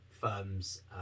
firms